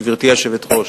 גברתי היושבת-ראש,